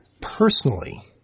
personally